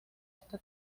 esta